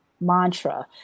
mantra